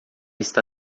está